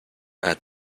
add